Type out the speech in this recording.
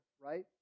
right